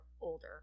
older